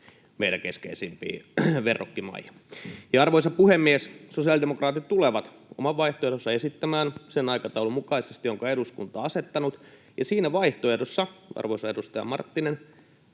meidän keskeisimpiä verrokkimaita. Arvoisa puhemies! Sosiaalidemokraatit tulevat oman vaihtoehtonsa esittämään sen aikataulun mukaisesti, jonka eduskunta on asettanut, ja siinä vaihtoehdossa, arvoisa edustaja Marttinen,